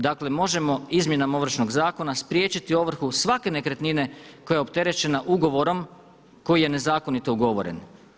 Dakle možemo izmjenama Ovršnog zakona spriječiti ovrhu svake nekretnine koja je opterećena ugovorom koji je nezakonito ugovoren.